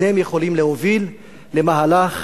שניהם יכולים להוביל למהלך